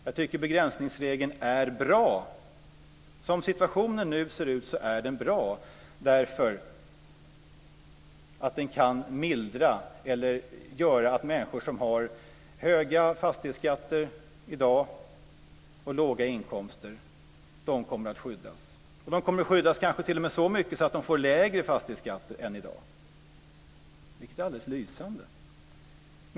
Jag tycker att begränsningsregeln är bra - som situationen nu ser ut så är den bra därför att den kan mildra det hela och göra så att människor som har höga fastighetsskatter och låga inkomster i dag kommer att skyddas. De kanske t.o.m. kommer att skyddas så mycket att de får lägre fastighetsskatter än i dag, vilket är alldeles lysande.